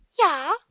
Ja